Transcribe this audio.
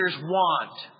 want